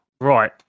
right